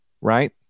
right